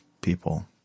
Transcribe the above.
people